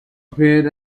appeared